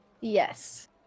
Yes